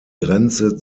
grenze